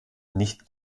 nicht